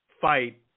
fight